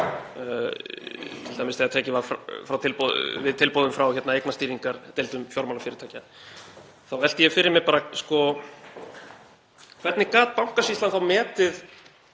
t.d. þegar tekið var við tilboðum frá eignastýringadeildum fjármálafyrirtækja. Þá velti ég fyrir mér: Hvernig gat Bankasýslan þá metið